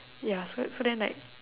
ya so so then like